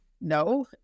no